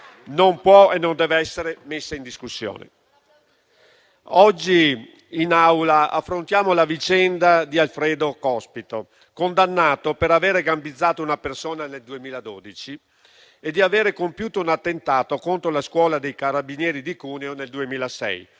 non possa e non debba essere messa in discussione. Oggi in Aula affrontiamo la vicenda di Alfredo Cospito, condannato per avere gambizzato una persona nel 2012 e di avere compiuto un attentato contro la scuola dei Carabinieri di Cuneo nel 2006.